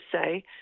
say